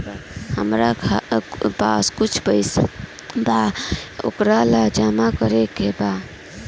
हमरा पास कुछ पईसा बा वोकरा के जमा करे के बा?